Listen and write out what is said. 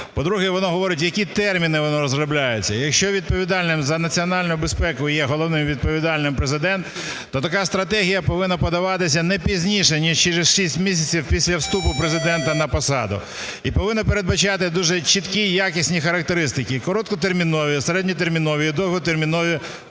По-друге, вона говорить в які терміни вона розробляється. Якщо відповідальним за національну безпеку, є головним відповідальним Президент, то така стратегія повинна подаватися не пізніше, ніж через 6 місяців після вступу Президента на посаду і повинна передбачати дуже чіткі і якісні характеристики, короткотермінові, середньотермінові і довготермінові